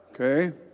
Okay